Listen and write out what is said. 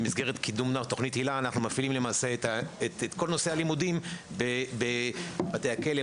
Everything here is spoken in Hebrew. במסגרת קידום תוכנית הילה אנחנו מפעילים את כל נושא הלימודים בבתי הכלא,